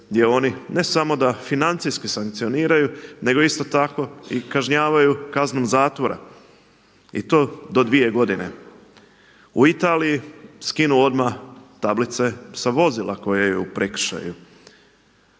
gdje oni ne samo da financijski sankcioniraju nego isto tako i kažnjavaju kaznom zatvora i to do dvije godine. U Italiji skinu odmah tablice sa vozila koje je u prekršaju.